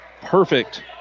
perfect